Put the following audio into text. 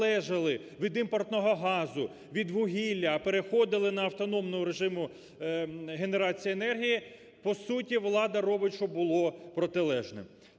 від імпортного газу, від вугілля, а переходили на автономний режим генерації енергії, по суті влада робить, щоб було протилежне.